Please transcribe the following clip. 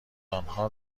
آنها